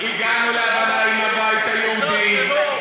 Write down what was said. הגענו להבנה עם הבית היהודי, לא,